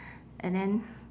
and then